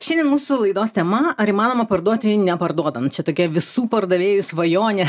šiandien mūsų laidos tema ar įmanoma parduoti neparduodant čia tokia visų pardavėjų svajonė